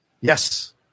Yes